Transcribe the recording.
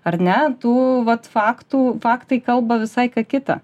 ar ne tų vat faktų faktai kalba visai ką kitą